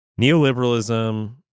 neoliberalism